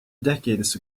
decades